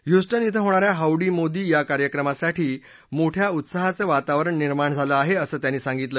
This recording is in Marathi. ह्युस्टन इथं होणाऱ्या हौडी मोदी या कार्यक्रमासाठी मोठ्या उत्साहाचं वातावरण निर्माण झालं आहे असं त्यांनी सांगितलं